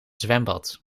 zwembad